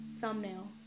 Thumbnail